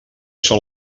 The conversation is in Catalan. són